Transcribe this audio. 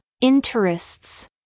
interests